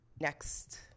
Next